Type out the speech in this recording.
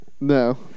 No